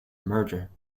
merger